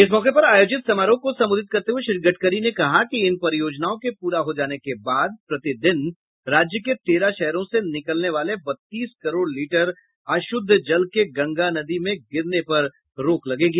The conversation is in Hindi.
इस मौके पर आयोजित समारोह को संबोधित करते हुए श्री गडकरी ने कहा कि इन परियोजनाओं के पूरा हो जाने के बाद प्रतिदिन राज्य के तेरह शहरों से निकलने वाले बत्तीस करोड़ लीटर अशुद्ध जल के गंगा नदी में गिरने पर रोक लगेगी